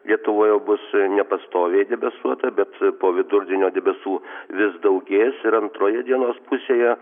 lietuvoje bus nepastoviai debesuota bet po vidurdienio debesų vis daugės ir antroje dienos pusėje